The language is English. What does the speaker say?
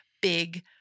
big